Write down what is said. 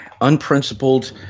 unprincipled